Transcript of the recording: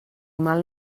mal